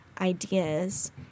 ideas